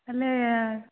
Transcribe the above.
ତା'ହେଲେ